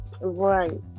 Right